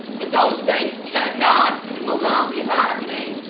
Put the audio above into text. but those things cannot and will not be happening,